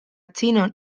chinon